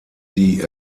die